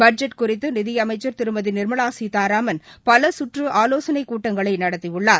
budget குறித்து நிதி அமைச்சர் திருமதி நிர்மலா சீதாராமன் பல சுற்று ஆலோசனைக் கூட்டங்களை நடத்தியுள்ளார்